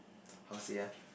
how to say ah